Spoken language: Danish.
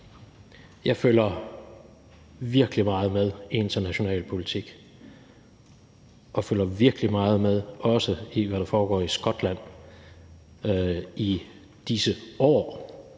Jeg følger virkelig meget med i international politik og følger virkelig også meget med i, hvad der foregår i Skotland i disse år